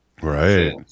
Right